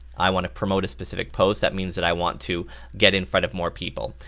i want to promote a specific post that means that i want to get in front of more people.